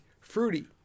fruity